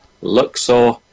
Luxor